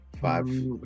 five